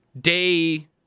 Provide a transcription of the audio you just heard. day